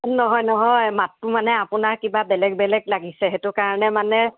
নহয় নহয় মাতটো মানে আপোনাৰ কিবা বেলেগ বেলেগ লাগিছে সেইটো কাৰণে মানে